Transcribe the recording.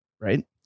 right